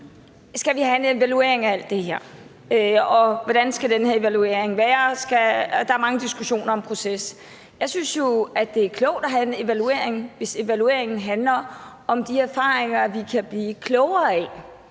skal have en evaluering af alt det her, og hvordan den her evaluering skal være – der er mange diskussioner om proces. Jeg synes jo, det er klogt at have en evaluering, hvis evalueringen handler om de erfaringer, vi kan blive klogere af,